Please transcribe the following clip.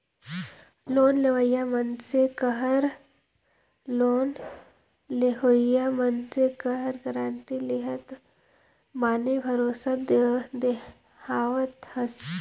loan लेवइया मइनसे कहर लोन लेहोइया मइनसे कर गारंटी लेहत माने भरोसा देहावत हस